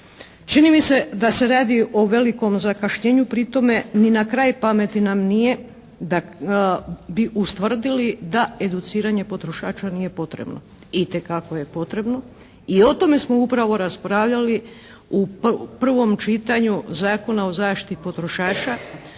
Čini mi se da se radi o velikom zakašnjenju. Pri tome ni na kraj pameti nam nije da bi ustvrdili da educiranje potrošača nije potrebno. Itekako je potrebno. I o tome smo upravo raspravljali u prvom čitanju Zakona o zaštiti potrošača